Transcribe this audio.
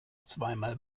zweimal